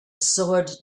sword